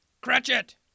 Cratchit